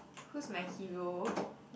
who's my hero